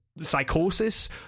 psychosis